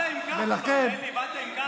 באת עם כחלון, אלי, באת עם כחלון.